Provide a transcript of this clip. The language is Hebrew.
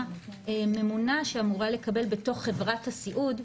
ממונה שאמורה לקבל בתוך חברת הסיעוד,